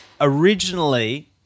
originally